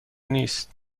نیست